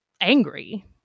angry